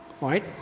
Right